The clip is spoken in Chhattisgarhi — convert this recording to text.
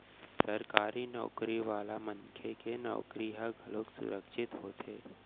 सरकारी नउकरी वाला मनखे के नउकरी ह घलोक सुरक्छित होथे